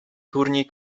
turniej